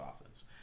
offense